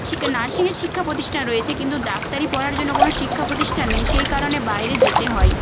শিক্কা নার্সিংয়ের শিক্ষা প্রতিষ্ঠান রয়েছে কিন্তু ডাক্তারি পড়ার জন্য কোনো শিক্ষা প্রতিষ্ঠান নেই সেই কারণে বাইরে যেতে হয়